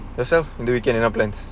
yourself do you get any plans